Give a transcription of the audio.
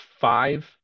five